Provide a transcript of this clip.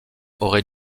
aurait